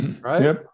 right